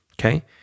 okay